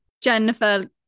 Jennifer